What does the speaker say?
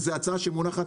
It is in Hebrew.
וזו הצעה שמונחת,